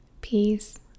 peace